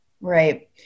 Right